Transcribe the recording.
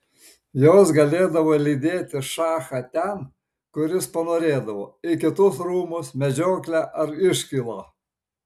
jos galėdavo lydėti šachą ten kur jis panorėdavo į kitus rūmus medžioklę ar iškylą